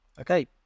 Okay